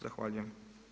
Zahvaljujem.